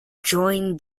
join